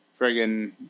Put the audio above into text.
friggin